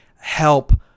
help